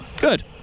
Good